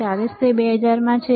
40 તે 2000 માં છે